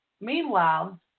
Meanwhile